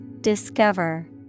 Discover